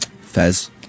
Fez